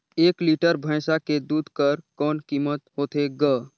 एक लीटर भैंसा के दूध कर कौन कीमत होथे ग?